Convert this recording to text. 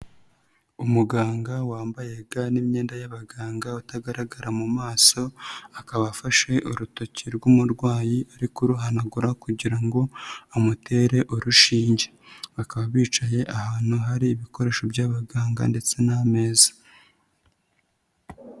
Umuganga wambaye ga n'imyenda y'abaganga utagaragara mu maso, akaba afashe urutoki rw'umurwayi ari kuruhanagura kugira ngo amutere urushinge. Bakaba bicaye ahantu hari ibikoresho by'abaganga ndetse n'ameza.